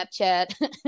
Snapchat